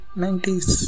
90s